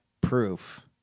Proof